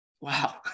Wow